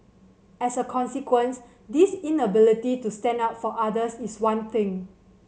as a consequence this inability to stand up for others is one thing